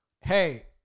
hey